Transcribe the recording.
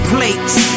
Plates